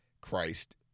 Christ